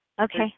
Okay